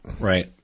Right